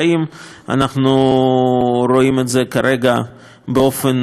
אנחנו רואים את זה כרגע באופן ברור.